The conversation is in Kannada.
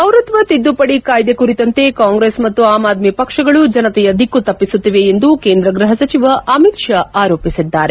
ಪೌರತ್ತ ತಿದ್ದುಪಡಿ ಕಾಯ್ದೆ ಕುರಿತಂತೆ ಕಾಂಗ್ರೆಸ್ ಮತ್ತು ಆಮ್ ಆದ್ಮಿ ಪಕ್ಷಗಳು ಜನತೆಯ ದಿಕ್ಕು ತಪ್ಪಿಸುತ್ತಿವೆ ಎಂದು ಕೇಂದ್ರ ಗ್ಬಹ ಸಚಿವ ಅಮಿತ್ ಶಾ ಆರೋಪಸಿದ್ದಾರೆ